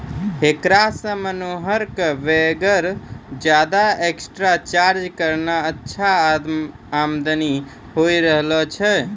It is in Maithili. हेकरा सॅ मनोहर कॅ वगैर ज्यादा एक्स्ट्रा खर्च करनॅ अच्छा आमदनी होय रहलो छै